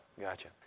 Gotcha